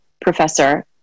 professor